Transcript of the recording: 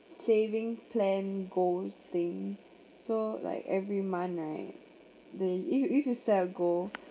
saving plan goal thing so like every month right the if you if you set a goal